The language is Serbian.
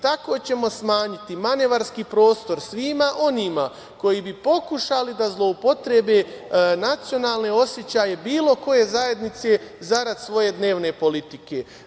Tako ćemo smanjiti manevarski prostor svima onima koji bi pokušali da zloupotrebe nacionalne osećaje bilo koje zajednice zarad svoje dnevne politike.